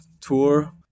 tour